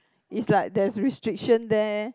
it's like there's restriction there